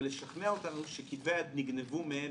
אבל לשכנע אותנו שכתבי היד נגנבו מהם,